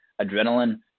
adrenaline